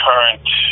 current